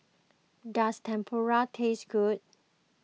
does Tempura taste good